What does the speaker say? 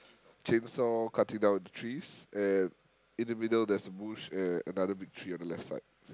chainsaw cutting down the trees and in the middle there's a bush and another big tree on the left side